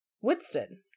Woodston